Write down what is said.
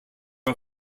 are